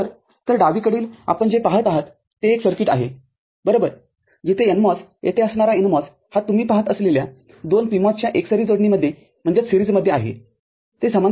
तर डावीकडील आपण जे पहात आहात ते एक सर्किट आहे बरोबरजिथे NMOS येथे असणारा NMOS हा तुम्ही पाहत असलेल्या २ PMOS ला एकसरी जोडणीमध्येआहे ते समांतर नाहीत